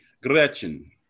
gretchen